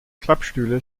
klappstühle